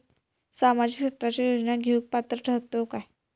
सामाजिक क्षेत्राच्या योजना घेवुक पात्र ठरतव काय?